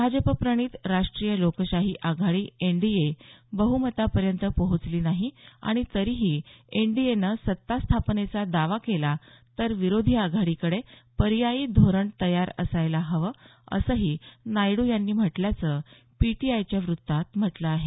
भाजपप्रणीत राष्ट्रीय लोकशाही आघाडी एनडीए बह्मतापर्यंत पोहोचली नाही आणि तरीही एनडीए ने सत्ता स्थापनेचा दावा केला तर विरोधी आघाडीकडे पर्यायी धोरण तयार असायला हवं असंही नायडू यांनी म्हटल्याचं पीटीआयच्या वृत्तात म्हटलं आहे